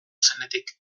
zenetik